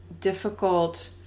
difficult